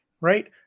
right